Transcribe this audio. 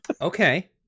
okay